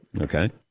Okay